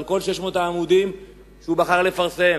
על כל 600 העמודים שהוא בחר לפרסם.